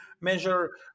measure